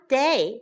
day